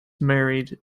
married